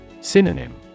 Synonym